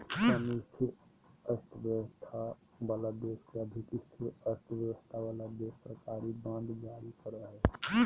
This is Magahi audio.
कम स्थिर अर्थव्यवस्था वाला देश के अधिक स्थिर अर्थव्यवस्था वाला देश सरकारी बांड जारी करो हय